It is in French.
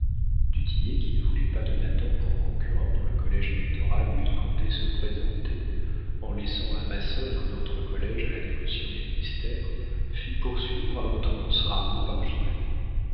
qui ne voulait pas de nathan pour concurrent dans le collége électoral où il comptait se présenter en laissant à massol un autre collége à la dévotion du ministère fit poursuivre à outrance raoul par